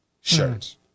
shirts